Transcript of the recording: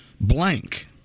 blank